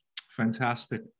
Fantastic